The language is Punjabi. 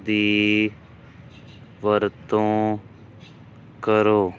ਦੀ ਵਰਤੋਂ ਕਰੋ